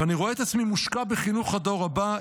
ואני רואה את עצמי מושקע בחינוך הדור הבא.